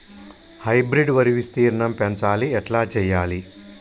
Hybrid వరి విస్తీర్ణం పెంచాలి ఎట్ల చెయ్యాలి?